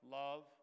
love